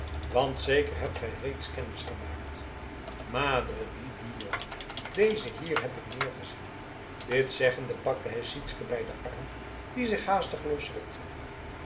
want zeker hebt gij reeds kennis gemaakt madre di dio deze hier heb ik meer gezien dit zeggende pakte hij sytsken bij den arm die zich haastig losrukte